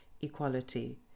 equality